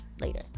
Later